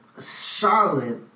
Charlotte